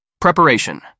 Preparation